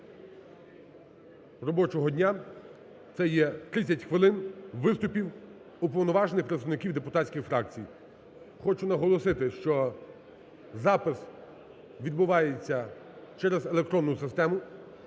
робочого дня це є 30 хвилин виступів уповноважених представників депутатських фракцій. Хочу наголосити, що запис відбувається через електронну систему.